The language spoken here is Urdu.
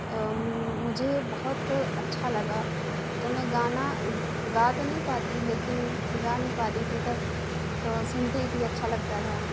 مجھے بہت اچھا لگا تو میں گانا گا تو نہیں پاتی لیکن گا نہیں پاتی تھی تب تو سنتی تھی اچھا لگتا تھا